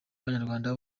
abanyarwanda